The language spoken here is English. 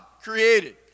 created